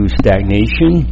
stagnation